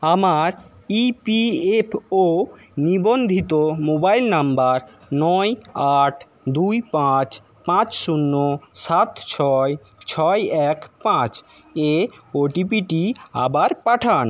আমার E P F O নিবন্ধিত mobile number নয় আট দুই পাঁচ পাঁচ শূন্য সাত ছয় ছয় এক পাঁচ এ ও টি পিটি আবার পাঠান